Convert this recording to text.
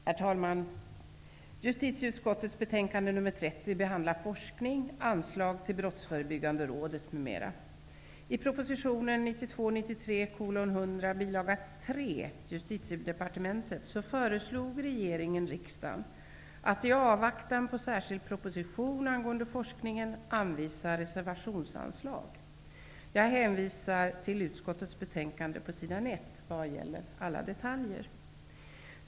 Herr talman! I justitieutskottets betänkande nr 30 behandlas viss forskning, bl.a. anslag till 1992/93:100 bil. 3, Justitiedepartementet, föreslog regeringen riksdagen att i avvaktan på särskild proposition angående forskningen anvisa reservationsanslag. Jag hänvisar vad gäller alla detaljer till utskottets betänkande s. 1.